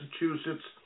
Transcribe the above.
Massachusetts